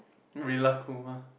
Rilakkuma